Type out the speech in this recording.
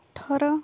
ଅଠର